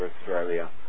Australia